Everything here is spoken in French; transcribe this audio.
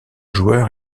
joueur